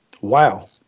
Wow